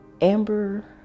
Amber